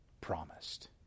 promised